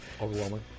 Overwhelming